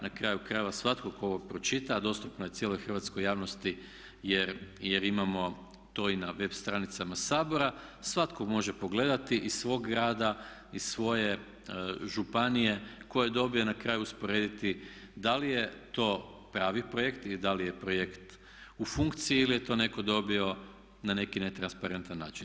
Na kraju krajeva, svatko tko ovo pročita, a dostupno je cijeloj Hrvatskoj javnosti jer imamo to i na web stranicama Sabora, svatko može pogledati iz svog grada, iz svoje županije tko je dobio i na kraju usporediti da li je to pravi projekt i da li je projekt u funkciji ili je to netko dobio na neki netransparentan način.